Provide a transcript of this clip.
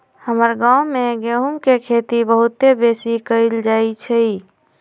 हमर गांव में गेहूम के खेती बहुते बेशी कएल जाइ छइ